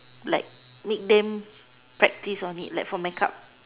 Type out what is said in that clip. like make them practice on it like for makeup